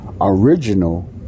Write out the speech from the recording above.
original